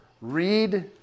Read